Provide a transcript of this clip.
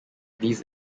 these